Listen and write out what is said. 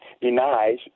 denies